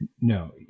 No